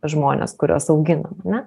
žmones kuriuos auginam ar ne